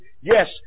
yes